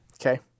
Okay